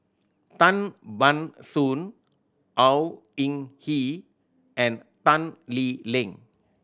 Tan Ban Soon Au Hing Yee and Tan Lee Leng